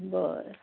बरं